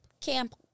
camp